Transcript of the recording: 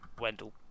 Wendell